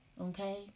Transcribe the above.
Okay